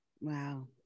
wow